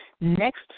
next